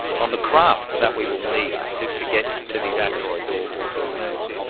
on the craft that we will need to to get to to these asteroids or or to the moon,